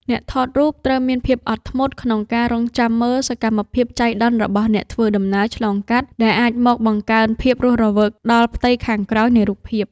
អ្នកថតរូបត្រូវមានភាពអត់ធ្មត់ក្នុងការរង់ចាំមើល សកម្មភាពចៃដន្យរបស់អ្នកធ្វើដំណើរឆ្លងកាត់ ដែលអាចមកបង្កើនភាពរស់រវើកដល់ផ្ទៃខាងក្រោយនៃរូបភាព។